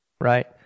right